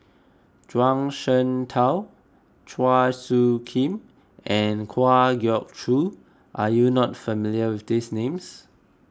Zhuang Shengtao Chua Soo Khim and Kwa Geok Choo are you not familiar with these names